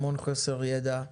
המון חוסר ידע.